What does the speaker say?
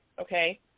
okay